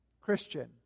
Christian